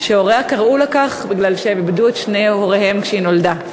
שהוריה קראו לה כך מפני שהם איבדו את שני הוריהם כשהיא נולדה,